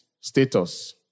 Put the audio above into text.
status